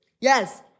Yes